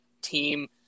team